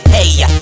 Hey